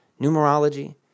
Numerology